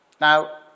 Now